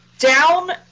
Down